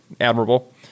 admirable